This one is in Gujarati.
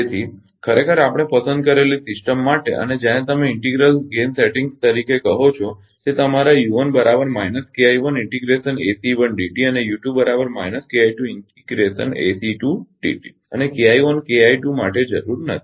તેથી ખરેખર આપણે પસંદ કરેલી સિસ્ટમ માટે અને જેને તમે ઇન્ટિગ્રલ ગેઇન સેટિંગ્સ તરીકે કહો છો તે તમારા અને અને માટે જરૂર નથી